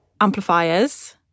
amplifiers